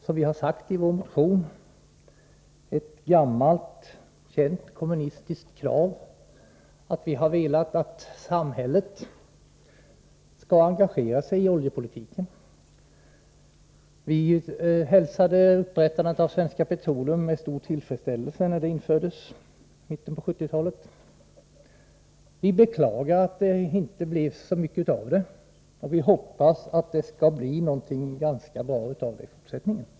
Som vi sagt i vår motion är det ett gammalt känt kommunistiskt krav att samhället skall engagera sig i oljepolitiken. Vi hälsade därför upprättandet av Svenska Petroleum med stor tillfredsställelse när det skedde i mitten av 1970-talet. Vi beklagar att det inte blev så mycket av bolaget, och vi hoppas att det skall bli något rätt bra av det i fortsättningen.